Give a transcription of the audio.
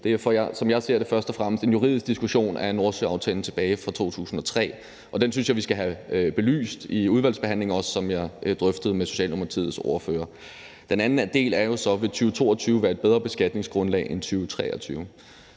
Det er, som jeg ser det, først og fremmest en juridisk diskussion af Nordsøaftalen tilbage fra 2003, og det synes jeg vi skal have belyst i udvalgsbehandlingen, som jeg også drøftede med Socialdemokratiets ordfører. Den anden del er jo så, om 2022 vil være et bedre beskatningsgrundlag end 2023.